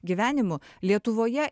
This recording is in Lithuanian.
gyvenimu lietuvoje